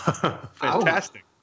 Fantastic